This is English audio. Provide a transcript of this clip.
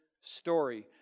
story